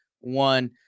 one